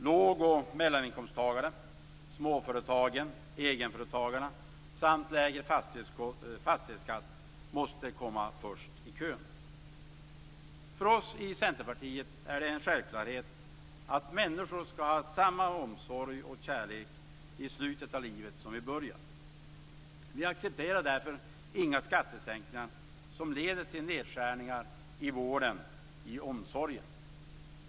Lågoch mellaninkomsttagare, småföretag och egenföretagare, liksom lägre fastighetsskatt, måste komma först i kön. För oss i Centerpartiet är det en självklarhet att människor skall ha samma omsorg och kärlek i slutet av livet som i början. Vi accepterar därför inga skattesänkningar som leder till nedskärningar i vården och omsorgen.